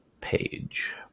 Page